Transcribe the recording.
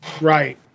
Right